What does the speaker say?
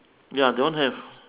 ya that one have